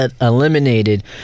eliminated